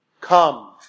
come